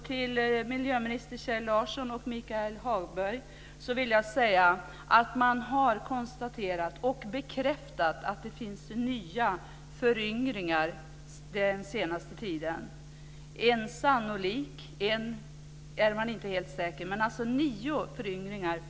Till miljöminister Kjell Larsson och Michael Hagberg vill jag säga att man har konstaterat och fått bekräftat att det under den senaste tiden skett nio föryngringar. Dessutom anses en vara sannolik; en annan är man inte helt säker på.